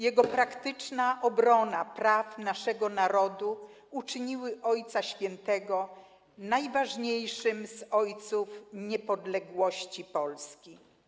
Jego praktyczna obrona praw naszego narodu uczyniły Ojca Świętego najważniejszym z ojców niepodległości Polski.